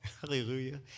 Hallelujah